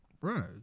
Right